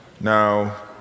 Now